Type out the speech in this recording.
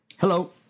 Hello